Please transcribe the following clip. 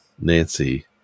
Nancy